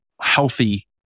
healthy